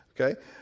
Okay